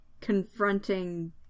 confronting